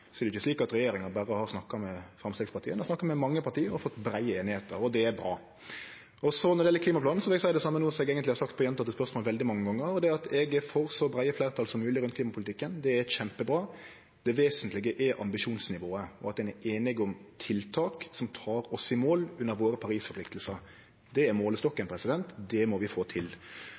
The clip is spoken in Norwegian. er det jo ikkje slik at regjeringa berre har snakka med Framstegspartiet, vi har snakka med mange parti og fått breie einigheiter, og det er bra. Når det gjeld klimaplanen, vil eg seie det same no som eg eigentleg har svart på gjentekne spørsmål veldig mange gonger, og det er at eg er for så breie fleirtal som mogleg rundt klimapolitikken. Det er kjempebra. Det vesentlege er ambisjonsnivået og at ein er einig om tiltak som tek oss i mål under våre Paris-forpliktingar. Det er målestokken. Det må vi få til.